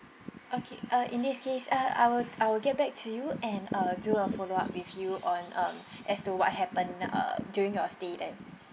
okay uh in this case uh I will I will get back to you and uh do a follow up with you on um as to what happened uh during your stay then